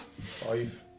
five